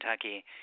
Kentucky